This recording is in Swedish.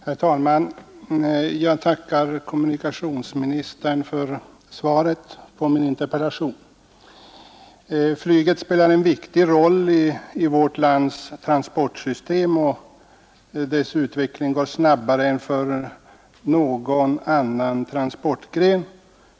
Herr talman! Jag tackar kommunikationsministern för svaret på min interpellation. ”Flyget spelar en viktig roll i vårt lands transportsystem, och dess utveckling går snabbare än för andra transportgrenar.